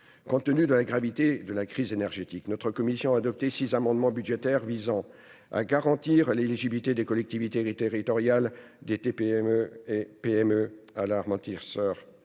Compte tenu de la gravité de la crise énergétique, notre commission a adopté six amendements budgétaires visant à garantir l'éligibilité des collectivités territoriales et des TPE-PME à l'amortisseur